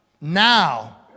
now